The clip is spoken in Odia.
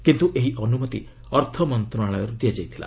କିନ୍ତୁ ଏହି ଅନୁମତି ଅର୍ଥ ମନ୍ତ୍ରଣାଳୟରୁ ଦିଆଯାଇଥିଲା